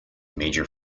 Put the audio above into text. major